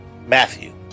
Matthew